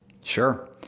sure